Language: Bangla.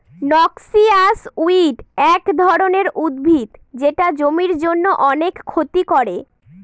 নক্সিয়াস উইড এক ধরনের উদ্ভিদ যেটা জমির জন্য অনেক ক্ষতি করে